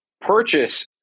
purchase